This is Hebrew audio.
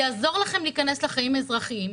עובדים, חלק נכנסים למערכת והיא תקולה,